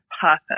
purpose